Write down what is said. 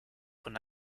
von